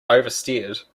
oversteered